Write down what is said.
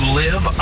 live